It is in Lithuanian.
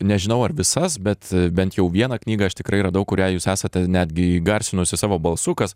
nežinau ar visas bet bent jau vieną knygą aš tikrai radau kurią jūs esate netgi įgarsinusi savo balsu kas